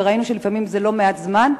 וראינו שזה לא מעט זמן,